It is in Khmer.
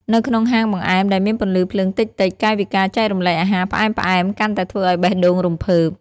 នៅក្នុងហាងបង្អែមដែលមានពន្លឺភ្លើងតិចៗ កាយវិការចែករំលែកអាហារផ្អែមៗកាន់តែធ្វើឱ្យបេះដូងរំភើប។